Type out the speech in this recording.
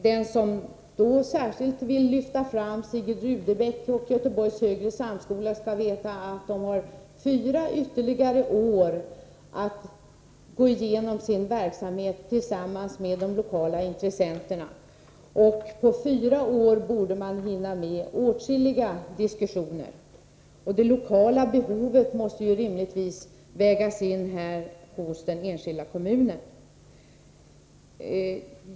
Den som då särskilt vill lyfta fram Sigrid Rudebecks gymnasieskola och Göteborgs högre samskola skall veta att de har fyra år på sig för att diskutera verksamheten tillsammans med de lokala intressenterna. På fyra år borde man hinna med åtskilliga diskussioner. Det lokala behovet i den enskilda kommunen måste då rimligtvis vägas in.